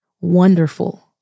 wonderful